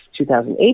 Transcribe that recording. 2008